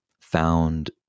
found